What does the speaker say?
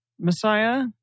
Messiah